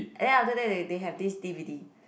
and then after that they they have this D_V_D